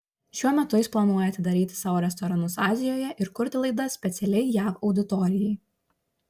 šiuo metu jis planuoja atidaryti savo restoranus azijoje ir kurti laidas specialiai jav auditorijai